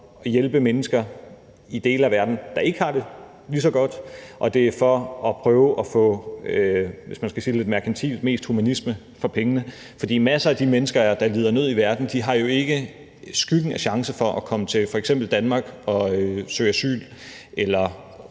at hjælpe mennesker i dele af verden, der ikke har det lige så godt, og det er for at prøve at få – hvis man skal sige det lidt merkantilt – mest humanisme for pengene. For masser af de mennesker i verden, der lider nød, har jo ikke skyggen af chance for at komme til f.eks. Danmark og søge asyl,